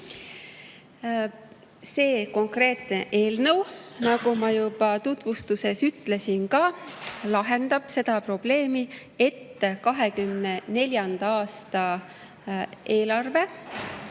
See konkreetne eelnõu, nagu ma juba tutvustuses ütlesin, lahendab seda probleemi, et 2024. aasta eelarve